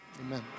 Amen